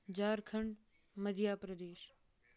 Jharkhand Madhya Pradesh